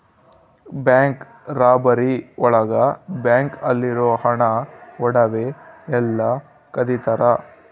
bank robbery ಒಳಗ bank ಅಲ್ಲಿರೋ ಹಣ ಒಡವೆ ಎಲ್ಲ ಕದಿತರ